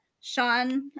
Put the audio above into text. Sean